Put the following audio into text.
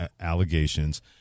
allegations